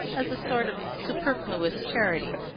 as a sort of superfluous charity.